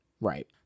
Right